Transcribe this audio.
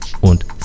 und